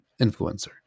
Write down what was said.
influencer